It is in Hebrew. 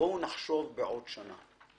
בואו נחשוב בעוד שנה,